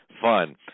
fun